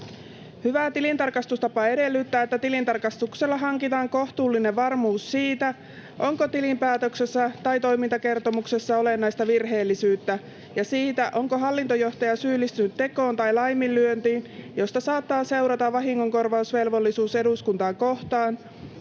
Hyvä tilintarkastustapa edellyttää, että tilintarkastuksella hankitaan kohtuullinen varmuus siitä, onko tilinpäätöksessä tai toimintakertomuksessa olennaista virheellisyyttä, ja siitä, onko hallintojohtaja syyllistynyt tekoon tai laiminlyöntiin, josta saattaa seurata vahingonkorvausvelvollisuus eduskuntaa kohtaan,